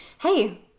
hey